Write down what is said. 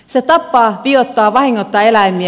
se tappaa vioittaa vahingoittaa eläimiä